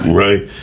right